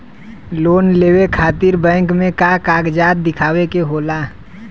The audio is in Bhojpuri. लोन लेवे खातिर बैंक मे का कागजात दिखावे के होला?